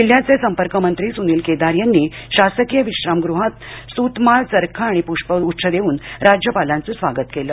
जिल्ह्याचे संपर्क मंत्री सुनील केदार यांनी शासकीय विश्राम गृह येथे सूत माळ चरखा आणि प्रष्पग्रच्छ देऊन राज्यपालांचे स्वागत केले